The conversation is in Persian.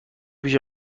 پیش